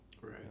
Right